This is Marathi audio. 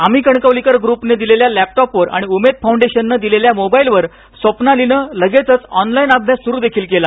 आम्ही कणकवलीकर ग्रुपने दिलेल्या लॅपटॉपवर आणि उमेद फाउंडेशनने दिलेल्या मोबाईलवर स्वप्नालीने लगेच ऑनलाईन अभ्यास सुरु देखील केला